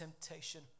temptation